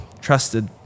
trusted